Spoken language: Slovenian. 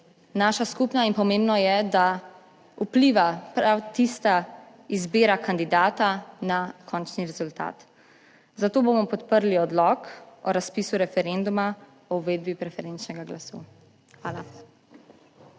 naša, skupna in pomembno je, da vpliva prav tista izbira kandidata na končni rezultat. Zato bomo podprli odlok o razpisu referenduma o uvedbi preferenčnega glasu. Hvala.